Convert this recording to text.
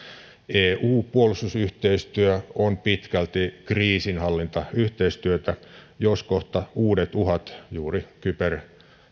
eu puolustusyhteistyö on pitkälti kriisinhallintayhteistyötä jos kohta uudet uhat juuri kyber ja